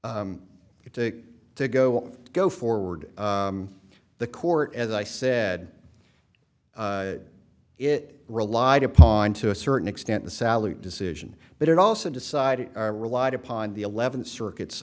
it took to go go forward the court as i said it relied upon to a certain extent the sally decision but it also decided relied upon the eleventh circuit